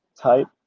type